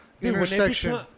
intersection